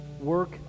work